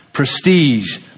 Prestige